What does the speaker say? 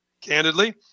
candidly